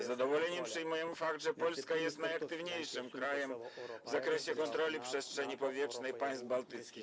Z zadowoleniem przyjmuję fakt, że Polska jest najaktywniejszym krajem w zakresie kontroli przestrzeni powietrznej państw bałtyckich.